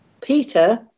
Peter